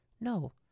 No